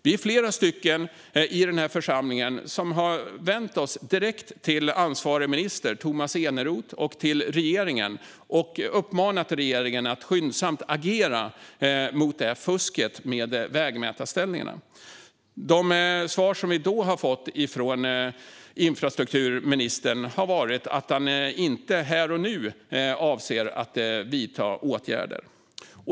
Vi är flera i denna församling som har vänt oss direkt till ansvarig minister, Tomas Eneroth, och till regeringen och uppmanat dem att skyndsamt agera mot fusket med vägmätarställningarna. De svar vi har fått från infrastrukturministern är att han inte här och nu avser att vidta åtgärder.